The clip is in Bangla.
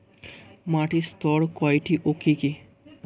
মাটির স্তর কয়টি ও কি কি?